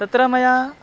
तत्र मया